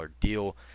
deal